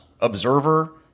observer